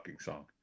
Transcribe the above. song